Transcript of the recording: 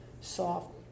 soft